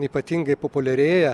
ypatingai populiarėja